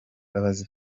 mbabazi